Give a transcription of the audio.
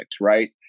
right